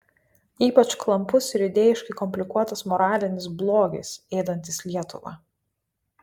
ypač klampus ir idėjiškai komplikuotas moralinis blogis ėdantis lietuvą